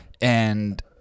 And-